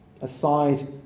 aside